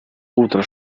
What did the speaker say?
утро